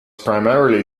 primarily